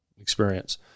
experience